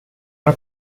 una